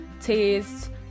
taste